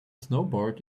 snowboard